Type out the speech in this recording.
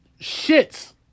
shits